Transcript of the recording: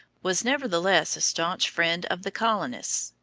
was nevertheless a staunch friend of the colonists,